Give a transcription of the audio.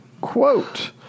Quote